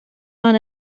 man